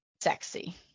Sexy